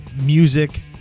music